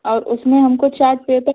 और उसमें हमको चाट पेपर